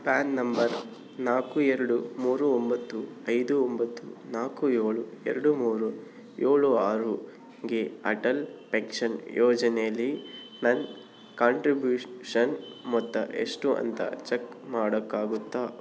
PAN number ನಾಲ್ಕು ಎರಡು ಮೂರು ಒಂಬತ್ತು ಐದು ಒಂಬತ್ತು ನಾಲ್ಕು ಏಳು ಎರಡು ಮೂರು ಏಳು ಆರುಕ್ಕೆ ಅಟಲ್ ಪೆಕ್ಷನ್ ಯೋಜನೆಲ್ಲಿ ನನ್ನ ಕಾಂಟ್ರಿಬ್ಯೂಷನ್ ಮೊತ್ತ ಎಷ್ಟು ಅಂತ ಚೆಕ್ ಮಾಡೋಕ್ಕಾಗುತ್ತ